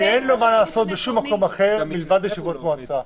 כי לנבחר ציבור אין מה לעשות בשום מקום אחר מלבד ישיבות מועצה.